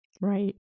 Right